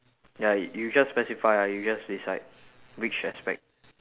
ya y~ you just specify ah you just decide which aspect